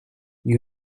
you